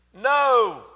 no